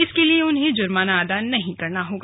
इसके लिए उन्हें जुर्माना अदा नहीं करना होगा